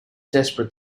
desperate